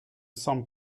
semble